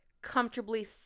Comfortably